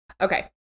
Okay